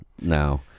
Now